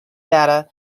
data